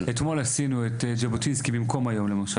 אתמול עשינו את ז'בוטינסקי במקום היום למשל,